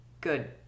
good